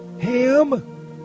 ham